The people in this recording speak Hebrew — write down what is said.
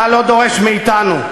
אתה לא דורש מאתנו.